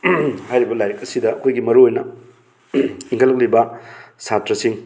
ꯍꯥꯏꯔꯤꯕ ꯂꯥꯏꯔꯤꯛ ꯑꯁꯤꯗ ꯑꯩꯈꯣꯏꯒꯤ ꯃꯔꯨ ꯑꯣꯏꯅ ꯏꯟꯈꯠꯂꯛꯂꯤꯕ ꯁꯥꯇ꯭ꯔꯁꯤꯡ